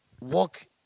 walk